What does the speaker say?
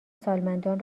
سالمندان